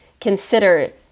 consider